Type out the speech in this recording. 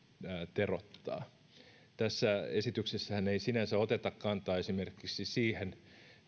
teroittaa tässä esityksessähän ei sinänsä oteta kantaa esimerkiksi siihen